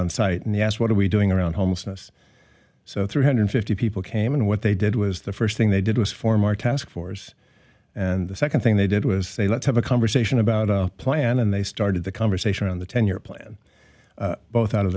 on site and they asked what are we doing around homelessness so three hundred fifty people came and what they did was the first thing they did was form our task force and the second thing they did was say let's have a conversation about a plan and they started the conversation around the ten year plan both out of